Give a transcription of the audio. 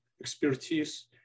expertise